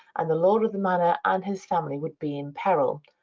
and the lord of the manor and his family would be imperiled.